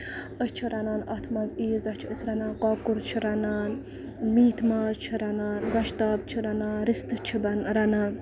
أسۍ چھِ رَنان اَتھ منٛز عیٖز دۄہ چھِ أسۍ رَنان کۄکُر چھُ رَنان میٖتھۍ ماز چھِ رَنان گۄشتابہٕ چھِ رَنان رِستہٕ چھِ رَنان